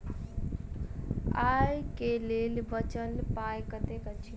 आइ केँ लेल बचल पाय कतेक अछि?